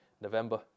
November